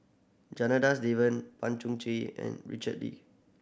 Janadas Devan Pan Cheng Chee and Richard Lee